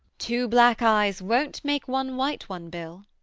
two black eyes wont make one white one, bill.